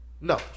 No